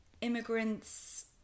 immigrants